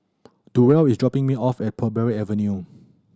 Durrell is dropping me off at Parbury Avenue